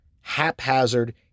haphazard